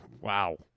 wow